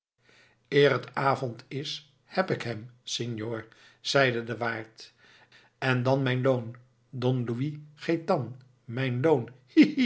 het avond is heb ik hem senor zeide de waard en dan mijn loon don louis gaëtan mijn loon